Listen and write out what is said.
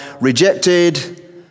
rejected